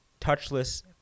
touchless